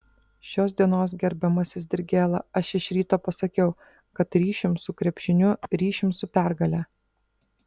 šios dienos gerbiamasis dirgėla aš iš ryto pasakiau kad ryšium su krepšiniu ryšium su pergale